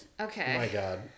Okay